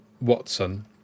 Watson